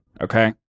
Okay